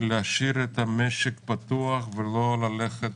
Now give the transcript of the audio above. להשאיר את המשק פתוח ולא ללכת